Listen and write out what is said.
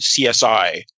CSI